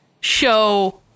show